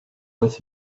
with